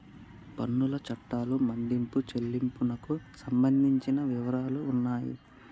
పన్నుల చట్టాలు మదింపు చెల్లింపునకు సంబంధించిన వివరాలు ఉన్నాయి